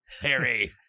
Harry